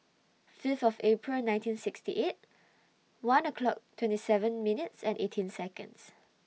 Fifth of April nineteen sixty eight one o'clock twenty seven minutes and eighteen Seconds